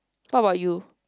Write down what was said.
what about you